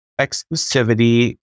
exclusivity